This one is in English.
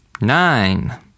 nine